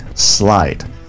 slide